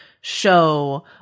show